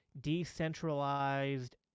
decentralized